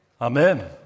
Amen